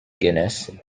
genus